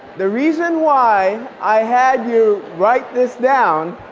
the reason why i had you write this down